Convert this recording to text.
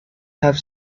have